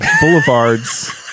Boulevard's